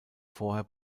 vorher